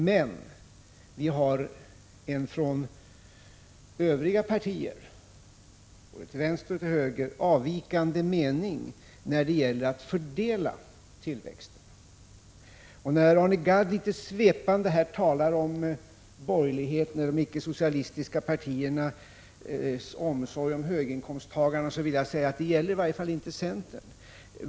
Men vi har en från övriga partier — både till vänster och till höger — avvikande mening när det gäller fördelningen av tillväxten. Arne Gadd talar litet svepande om borgerlighetens och de icke-socialistiska partiernas omsorg om höginkomsttagarna. Jag vill då säga att det kan i varje fall inte gälla centern.